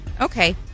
Okay